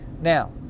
Now